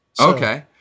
Okay